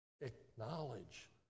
Acknowledge